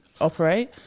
operate